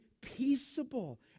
peaceable